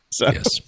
Yes